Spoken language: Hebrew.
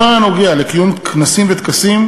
בכל הנוגע לקיום כנסים וטקסים: